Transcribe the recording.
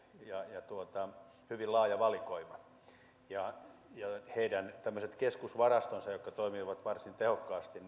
ja ja hyvin laaja valikoima heidän tämmöiset keskusvarastonsa jotka toimivat varsin tehokkaasti